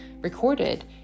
recorded